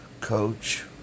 coach